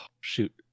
Shoot